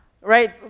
Right